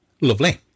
Lovely